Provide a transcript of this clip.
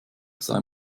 sei